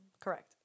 correct